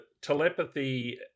telepathy